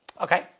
Okay